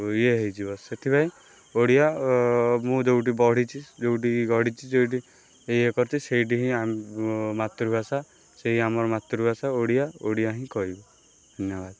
ଇଏ ହୋଇଯିବ ସେଥିପାଇଁ ଓଡ଼ିଆ ମୁଁ ଯେଉଁଠି ବଢ଼ିଛି ଯେଉଁଠି ଗଢ଼ିଛି ଯେଉଁଠି ଇଏ କରିଛି ସେଇଠି ହିଁ ଆମ ମାତୃଭାଷା ସେଇ ଆମର ମାତୃଭାଷା ଓଡ଼ିଆ ଓଡ଼ିଆ ହିଁ କହିବି ଧନ୍ୟବାଦ